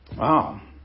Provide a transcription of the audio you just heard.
Wow